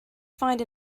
find